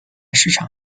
市场